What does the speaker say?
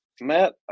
Matt